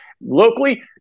Locally